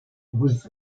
was